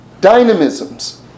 dynamisms